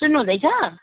सुन्नुहुँदैछ